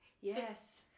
Yes